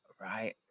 right